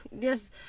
Yes